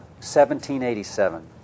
1787